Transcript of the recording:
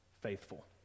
faithful